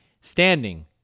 standing